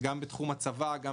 גם בתחום הצבא וגם